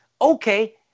Okay